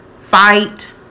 fight